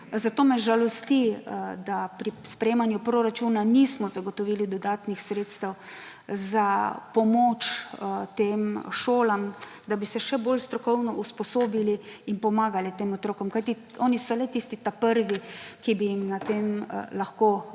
Zato me žalosti, da pri sprejemanju proračuna nismo zagotovili dodatnih sredstev za pomoč tem šolam, da bi se še bolj strokovno usposobili in pomagali tem otrokom, kajti oni so le tisti prvi, ki bi jim pri tem lahko